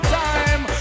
time